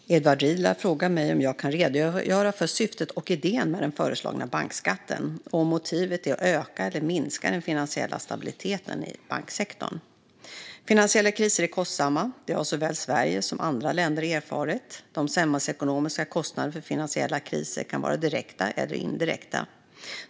Fru talman! Edward Riedl har frågat mig om jag kan redogöra för syftet och idén med den föreslagna bankskatten och om motivet är att öka eller minska den finansiella stabiliteten i banksektorn. Finansiella kriser är kostsamma. Det har såväl Sverige som andra länder erfarit. De samhällsekonomiska kostnaderna för finansiella kriser kan vara direkta eller indirekta.